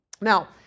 now